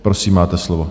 Prosím, máte slovo.